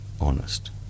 honest